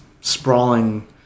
sprawling